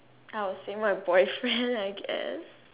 I will see my boyfriend I guess